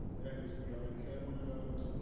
that is we already have one of those,